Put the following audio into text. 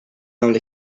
only